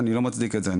אני לא מצדיק את זה,